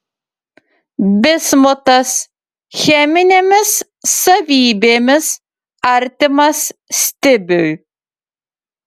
bismutas cheminėmis savybėmis artimas stibiui